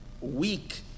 weak